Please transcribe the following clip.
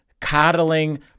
coddling